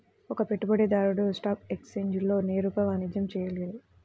ఒక పెట్టుబడిదారు స్టాక్ ఎక్స్ఛేంజ్లలో నేరుగా వాణిజ్యం చేయలేరు